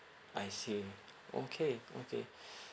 I see okay okay